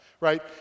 right